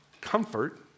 comfort